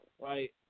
Right